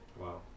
Wow